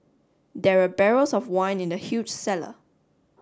there were barrels of wine in the huge cellar